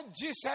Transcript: Jesus